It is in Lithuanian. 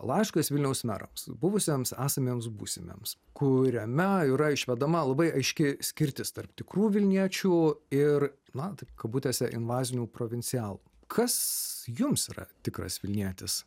laiškas vilniaus merams buvusiems esamiems būsimiems kuriame yra išvedama labai aiški skirtis tarp tikrų vilniečių ir man taip kabutėse invazinių provincialų kas jums yra tikras vilnietis